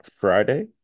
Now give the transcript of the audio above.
friday